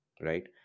right